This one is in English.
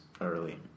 early